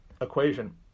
equation